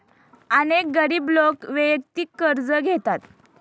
अनेक गरीब लोक वैयक्तिक कर्ज घेतात